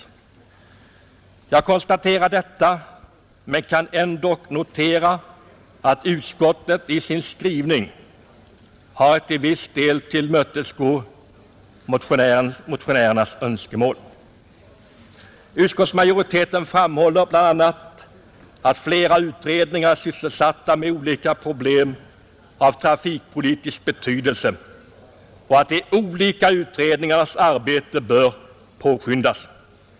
Jag konstaterar detta men kan notera att utskottet i sin skrivning till viss del ändock tillmötesgått de önskemål som vi motionärer haft. Utskottsmajoriteten framhåller bl.a. att flera utredningar är sysselsatta med olika problem av trafikpolitisk betydelse och att de olika utredningarnas arbete bör påskyndas.